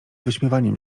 wyśmiewaniem